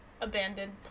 abandoned